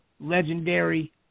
legendary